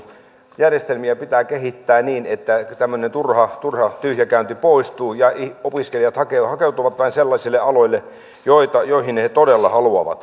järjestelmiä pitää kehittää niin että tämmöinen turha tyhjäkäynti poistuu ja opiskelijat hakeutuvat vain sellaisille aloille joihin he todella haluavat